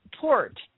port